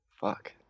fuck